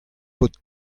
paotr